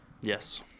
yes